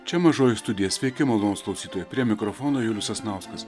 čia mažoji studija sveiki malonūs klausytojai prie mikrofono julius sasnauskas